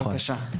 בבקשה.